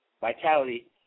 vitality